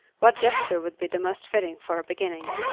what gesture would be the most fitting for a beginning?